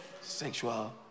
sexual